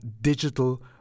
digital